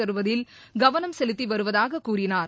தருவதில் கவனம் செலுத்தி வருவதாக கூறினார்